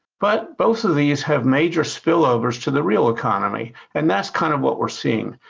but both of these have major spillovers to the real economy and that's kind of what we're seeing.